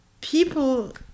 people